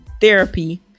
therapy